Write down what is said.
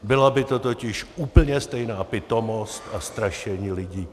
Byla by to totiž úplně stejná pitomost a strašení lidí.